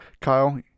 kyle